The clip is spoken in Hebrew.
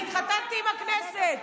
אני התחתנתי עם הכנסת.